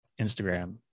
instagram